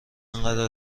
اینقدر